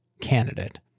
candidate